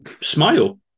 smile